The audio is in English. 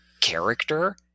character